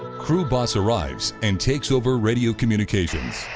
crew boss arrives and takes over radio communications.